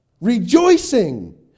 Rejoicing